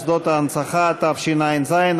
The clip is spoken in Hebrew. הגדרת גן לאומי עירוני והגשת תוכנית בנייה למטרות מגורים),